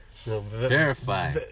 Verify